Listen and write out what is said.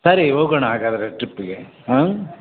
ಸರಿ ಹೋಗೋಣ ಹಾಗಾದರೆ ಟ್ರಿಪ್ಗೆ ಹಾಂ